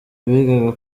bigaga